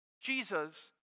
Jesus